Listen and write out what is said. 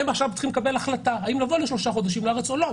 עכשיו הם צריכים לקבל החלטה האם לבוא לארץ לשלושה חודשים או לא.